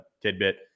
tidbit